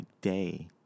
day